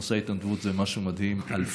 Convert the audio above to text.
נושא התנדבות זה משהו מדהים: אלפי,